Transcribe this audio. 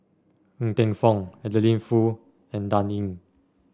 Ng Teng Fong Adeline Foo and Dan Ying